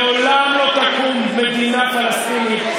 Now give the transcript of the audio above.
לעולם לא תקום מדינה פלסטינית,